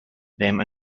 them